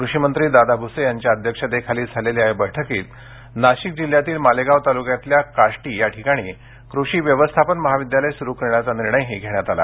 कृषिमंत्री दादाजी भूसे यांच्या अध्यक्षतेखाली झालेल्या या बैठकीत नाशिक जिल्ह्यातील मालेगाव तालुक्यातील काष्टी याठिकाणी कृषी व्यवस्थापन महाविद्यालय सुरू करण्याचा निर्णयही घेण्यात आला